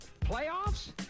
playoffs